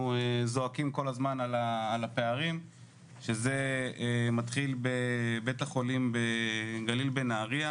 זועקים כל הזמן על הפערים שזה מתחיל בבית החולים בגליל בנהריה,